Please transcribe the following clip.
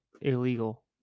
illegal